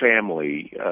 family